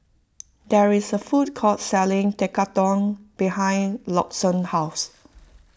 there is a food court selling Tekkadon behind Lawson's house